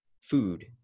food